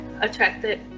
attracted